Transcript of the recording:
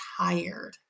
tired